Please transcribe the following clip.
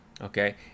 okay